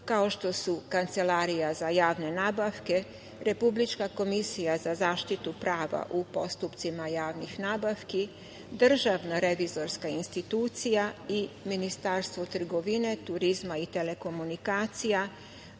kao što su Kancelarija za javne nabavke, Republička komisija za zaštitu prava u postupcima javnih nabavki, DRI i Ministarstvo trgovine, turizma i telekomunikacija,